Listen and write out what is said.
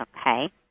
okay